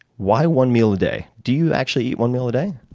why one meal a day? do you actually eat one meal a day?